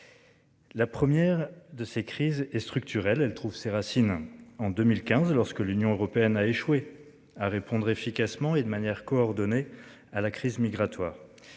La première de ces crises est structurelle. Elle trouve ses racines en 2015 lorsque l'Union européenne a échoué à répondre efficacement et de manière coordonnée à la crise migratoire